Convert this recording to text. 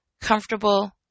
Comfortable